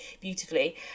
beautifully